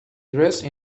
dressed